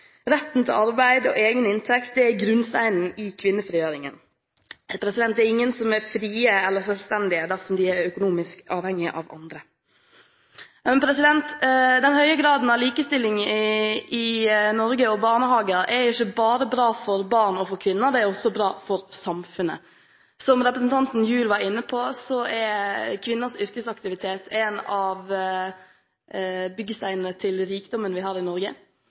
Retten til arbeid og egen inntekt er grunnsteinen i kvinnefrigjøringen. Det er ingen som er fri eller selvstendig dersom de er økonomisk avhengig av andre. Den høye graden av likestilling i Norge, med barnehager, er ikke bare bra for barn og for kvinner, det er også bra for samfunnet. Som representanten Juul var inne på, er kvinners yrkesaktivitet en av byggesteinene til rikdommen vi har i Norge.